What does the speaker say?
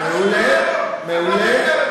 יואל, תענה לי,